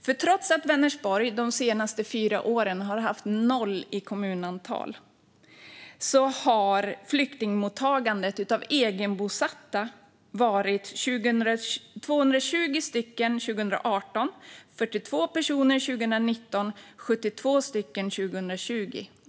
För trots att Vänersborg de senaste fyra åren haft noll i kommunantal har flyktingmottagande av egenbosatta varit 220 personer 2018, 42 personer 2019 och 72 personer 2020.